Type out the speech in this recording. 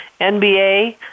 NBA